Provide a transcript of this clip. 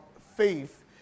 faith